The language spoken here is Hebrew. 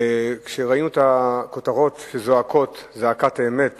ראינו את הכותרות שזועקות זעקת אמת